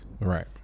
Right